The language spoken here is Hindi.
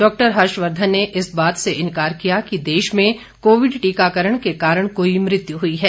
डॉक्टर हर्षवर्धन ने इस बात से इन्कार किया कि देश में कोविड टीकाकरण के कारण कोई मृत्यु हुई है